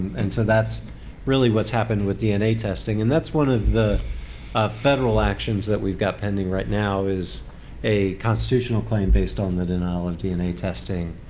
and so that's really what's happened with dna testing. and that's one of the federal actions that we've got pending right now is a constitutional claim based on the denial of dna testing.